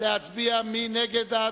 61 נגד,